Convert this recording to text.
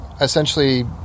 essentially